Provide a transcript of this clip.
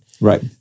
Right